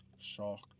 shocked